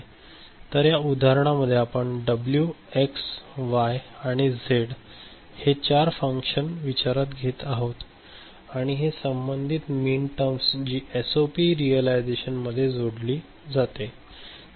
तर या उदाहरणामध्ये आपण डब्ल्यू एक्स वाय आणि झेड हे चार फंक्शन्स विचारात घेत आहे आणि ही संबंधित मिनटर्म जी एसओपी रीयलायझेशन मध्ये जोडली जात आहेत